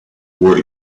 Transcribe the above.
were